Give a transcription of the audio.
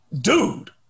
dude